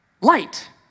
Light